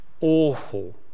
awful